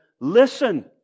listen